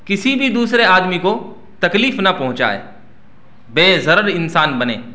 کسی بھی دوسرے آدمی کو تکلیف نہ پہنچائے بےضرر انسان بنے